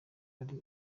ari